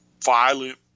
violent